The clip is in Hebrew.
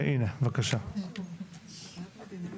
בוקר טוב.